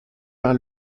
vers